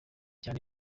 cyane